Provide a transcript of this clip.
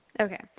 Okay